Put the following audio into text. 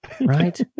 right